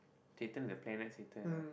Saturn the planet Saturn ah